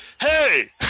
Hey